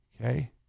Okay